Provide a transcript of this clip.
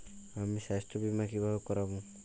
আমি স্বাস্থ্য বিমা কিভাবে করাব?